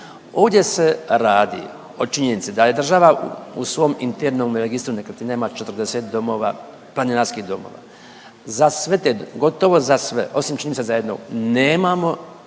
Ovdje se radi o činjenici da je država u svom internom registru nekretninama 40 domova, planinarskih domova, za sve te gotovo za sve osim čini mi se za jednog, nemamo